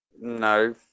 No